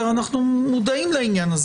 אנו מודעים לכך.